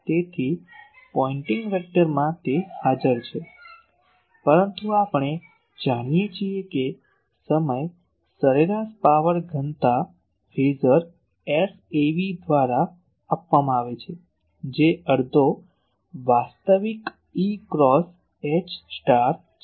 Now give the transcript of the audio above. તેથી પોઇન્ટિંગ વેક્ટરમાં તે હાજર છે પરંતુ આપણે જાણીએ છીએ કે સમય સરેરાશ પાવર ઘનતા ફેઝર Sav દ્વારા આપવામાં આવે છે જે અડધો વાસ્તવિક E ક્રોસ H છે